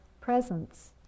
presence